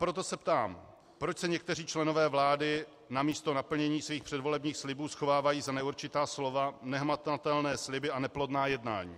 Proto se ptám, proč se někteří členové vlády namísto naplnění svých předvolebních slibů schovávají za neurčitá slova, nehmatatelné sliby a neplodná jednání.